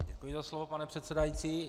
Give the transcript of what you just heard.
Děkuji za slovo, pane předsedající.